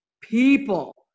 people